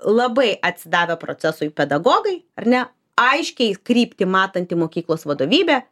labai atsidavę procesui pedagogai ar ne aiškiai kryptį matanti mokyklos vadovybė